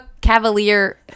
Cavalier